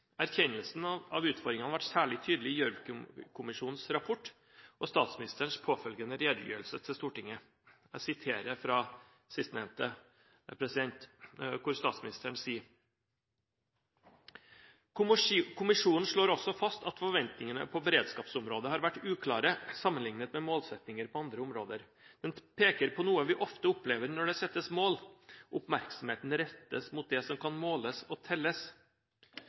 Erkjennelsen av disse utfordringene ble særlig tydelig i Gjørv-kommisjonens rapport og i statsministerens påfølgende redegjørelse i Stortinget, der han sier: «Kommisjonen slår fast at forventningene på beredskapsområdet har vært uklare sammenlignet med målsettinger på andre områder. Den peker på noe vi ofte opplever når det settes mål: Oppmerksomheten rettes mot det som kan måles og telles.»